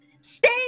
Stay